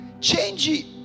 Change